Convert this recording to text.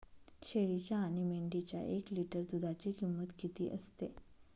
शेळीच्या आणि मेंढीच्या एक लिटर दूधाची किंमत किती असते?